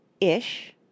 ish